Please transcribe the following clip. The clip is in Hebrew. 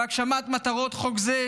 והגשמת מטרות חוק זה,